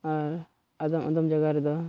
ᱟᱨ ᱟᱫᱚᱢ ᱟᱫᱚᱢ ᱡᱟᱭᱜᱟ ᱨᱮᱫᱚ